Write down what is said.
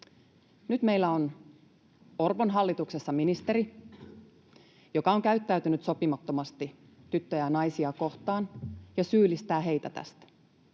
Nyt meillä on Orpon hallituksessa ministeri, joka on käyttäytynyt sopimattomasti tyttöjä ja naisia kohtaan ja syyllistää heitä tästä.